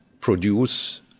produce